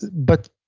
but